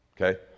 Okay